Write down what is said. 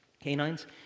canines